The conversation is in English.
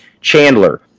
Chandler